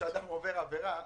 ביהדות כשאדם עובר עבירה,